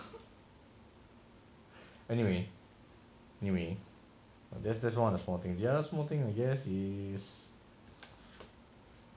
anyway anyway there's there's small thing there the other small thing I guess is